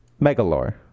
Megalore